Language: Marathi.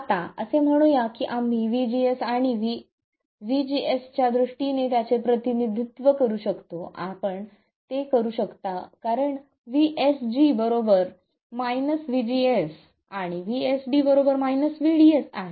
आता असे म्हणूया की आम्ही vGS आणि vGS च्या दृष्टीने त्याचे प्रतिनिधित्व करू शकतो आपण ते करू शकतो कारण vSG vGS आणि vSD vDS आहे